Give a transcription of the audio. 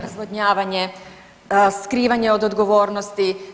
Razvodnjavanje, skrivanje od odgovornosti.